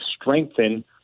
strengthen